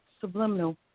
Subliminal